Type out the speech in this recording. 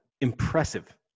impressive